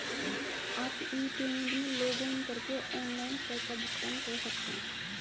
आप e payment में login करके ऑनलाइन कर का भुगतान कर सकते हैं